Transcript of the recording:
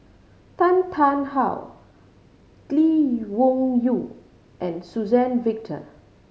Tan Tarn How Lee Wung Yew and Suzann Victor